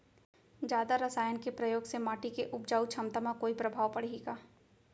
जादा रसायन के प्रयोग से माटी के उपजाऊ क्षमता म कोई प्रभाव पड़ही का?